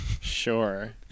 Sure